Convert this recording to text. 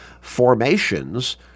formations